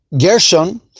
Gershon